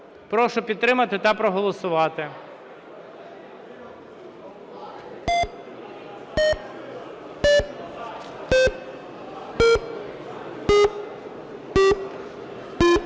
Прошу підтримати та проголосувати.